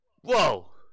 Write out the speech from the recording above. Whoa